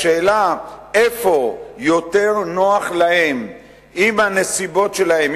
השאלה היא איפה יותר נוח להם עם הנסיבות שלהם,